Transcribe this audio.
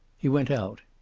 he went out.